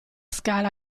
scala